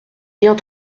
bien